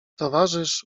towarzysz